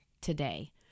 today